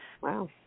Wow